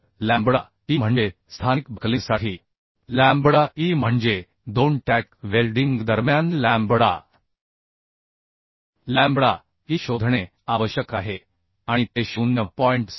तर lambda e म्हणजे स्थानिक बकलिंगसाठी लॅम्बडा ई म्हणजे दोन टॅक वेल्डिंग दरम्यान लॅम्बडा e शोधणे आवश्यक आहे आणि ते 0